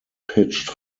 pitched